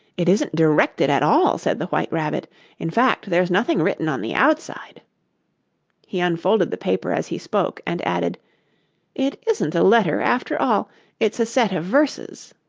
it isn't directed at all said the white rabbit in fact, there's nothing written on the outside he unfolded the paper as he spoke, and added it isn't a letter, after all it's a set of verses